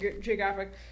Geographic